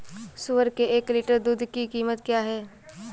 सुअर के एक लीटर दूध की कीमत क्या है?